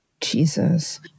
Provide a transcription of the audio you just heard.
Jesus